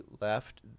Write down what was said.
left